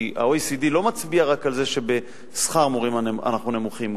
כי ה-OECD לא מצביע רק על זה שבשכר מורים אנחנו נמוכים,